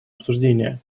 обсуждения